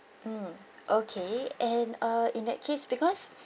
mm okay and uh in that case because